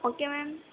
okay ma'am